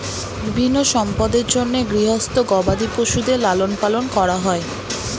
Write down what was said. বিভিন্ন সম্পদের জন্যে গৃহস্থ গবাদি পশুদের লালন পালন করা হয়